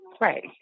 Right